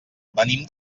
venim